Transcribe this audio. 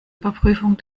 überprüfung